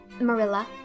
Marilla